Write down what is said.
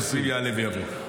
עושים "יעלה ויבוא".